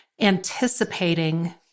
anticipating